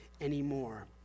anymore